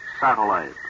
Satellite